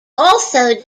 also